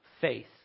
faith